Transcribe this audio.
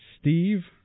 Steve